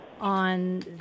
on